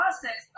process